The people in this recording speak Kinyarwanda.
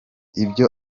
ibyo